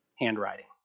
handwriting